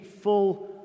full